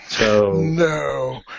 No